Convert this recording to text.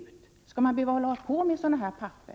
Skall en handikappad verkligen behöva hålla på med sådana här papper?